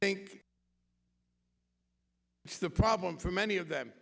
think the problem for many of them